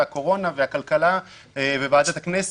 הקורונה והכלכלה וועדת הכנסת.